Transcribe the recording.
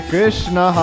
Krishna